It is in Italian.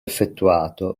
effettuato